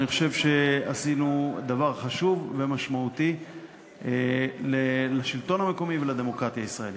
אני חושב שעשינו דבר חשוב ומשמעותי לשלטון המקומי ולדמוקרטיה הישראלית.